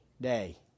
day